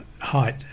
height